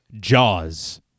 Jaws